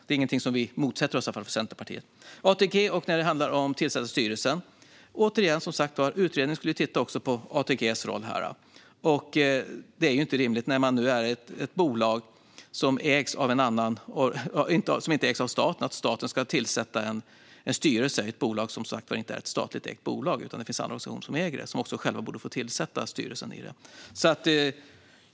Det är i alla fall inget som Centerpartiet motsätter sig. När det handlar om ATG och att tillsätta styrelsen ska utredningen titta också på ATG:s roll. Det är inte rimligt att staten ska tillsätta styrelsen i ett bolag som inte ägs av staten utan av andra organisationer, som själva borde få tillsätta styrelsen.